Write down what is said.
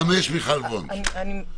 למרות שאני לא מסכים אתו,